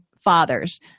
fathers